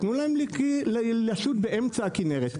תנו להם לשוט באמצע הכנרת,